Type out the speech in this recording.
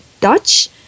Dutch